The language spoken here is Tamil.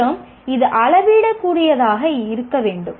மேலும் இது அளவிடக்கூடியதாக இருக்க வேண்டும்